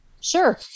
Sure